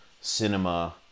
cinema